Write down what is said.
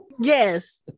Yes